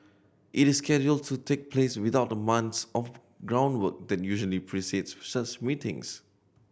it is scheduled to take place without the months of groundwork that usually precedes such meetings